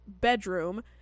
bedroom